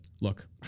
Look